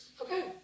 Okay